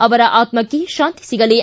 ಅವರ ಆತಕ್ಷೆ ಶಾಂತಿ ಸಿಗಲಿ